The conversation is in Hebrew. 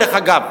דרך אגב,